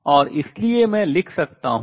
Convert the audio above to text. और इसलिए मैं लिख सकता हूँ